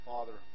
Father